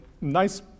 nice